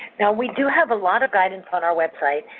now, we do have a lot of guidance on our website,